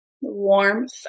warmth